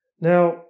Now